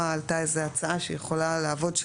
עלתה איזו הצעה שיכולה לעבוד,